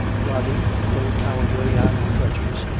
rody, though cowardly and treacherous,